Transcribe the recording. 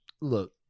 look